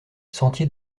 sentier